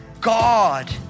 God